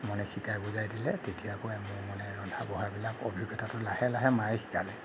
মানে শিকাই বুজাই দিলে তেতিয়া আকৌ মোৰ মানে ৰন্ধা বঢ়াবিলাক অভিজ্ঞতাটো লাহে লাহে মায়ে শিকালে